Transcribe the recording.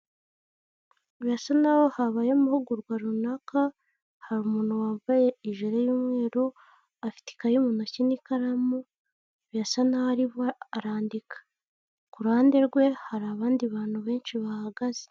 Birasa naho habayeho amahugurwa runaka, hari umuntu wambaye ijire y'umweru afite ikayi mu ntoki n'ikaramu, birasa naho ariho arandika. Ku ruhande rwe hari abandi bantu benshi bahagaze.